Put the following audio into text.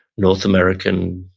north american,